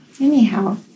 anyhow